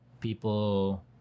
People